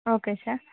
okay sir